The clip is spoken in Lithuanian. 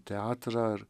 teatrą ar